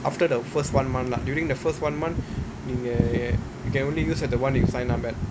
after the first one month lah during the first one month you can you can only use at the [one] you signed up at